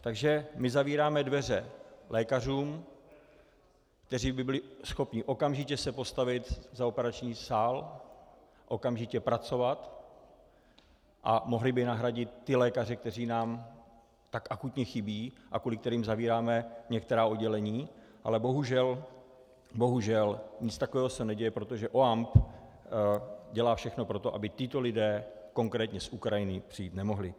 Takže zavíráme dveře lékařům, kteří by byli schopni se okamžitě postavit za operační sál, okamžitě pracovat a mohli by nahradit ty lékaře, kteří nám tak akutně chybí a kvůli kterým zavíráme některá oddělení, ale bohužel, bohužel nic takového se neděje, protože OAMP dělá všechno pro to, aby tito lidé, konkrétně z Ukrajiny, přijít nemohli.